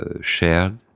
shared